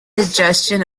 ingestion